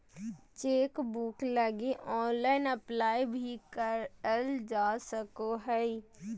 chequebook लगी online apply भी करल जा सको हइ